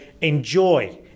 enjoy